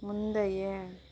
முந்தைய